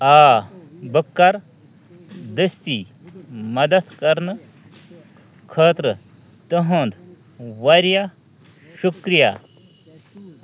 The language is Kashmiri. آ بہٕ کَرٕ دٔستی مدتھ کرنہٕ خٲطرٕ تُہُنٛد واریاہ شُکریہ